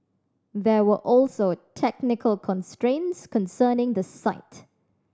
there were also technical constraints concerning the site